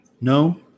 No